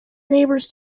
neighbours